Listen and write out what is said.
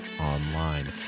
online